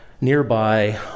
nearby